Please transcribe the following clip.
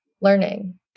learning